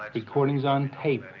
recordings on tape.